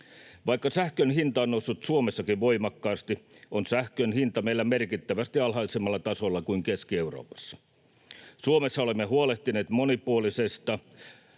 Vaikka sähkön hinta on noussut Suomessakin voimakkaasti, on sähkön hinta meillä merkittävästi alhaisemmalla tasolla kuin Keski-Euroopassa. Suomessa olemme huolehtineet monipuolisesta